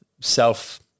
self